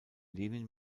lenin